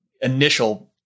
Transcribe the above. initial